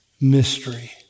mystery